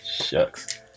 shucks